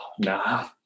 nah